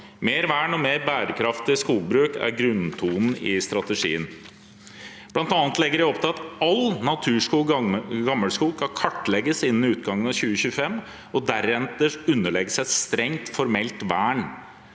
Mer vern og mer bærekraftig skogbruk er grunntonen i strategien. Blant annet legger de opp til at all naturskog/ gammelskog skal kartlegges innen utgangen av 2025 og deretter underlegges et strengt formelt vern